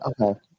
Okay